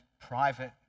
private